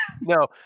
no